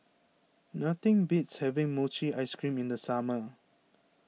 nothing beats having Mochi Ice Cream in the summer